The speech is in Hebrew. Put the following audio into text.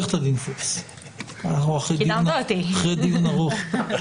אנחנו אחרי דיון ארוך.